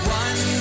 one